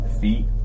feet